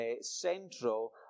central